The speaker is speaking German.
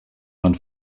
man